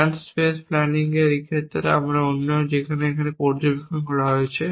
plan space planning এর ক্ষেত্রে অন্য যেটা এখানে পর্যবেক্ষণ করা হয়েছে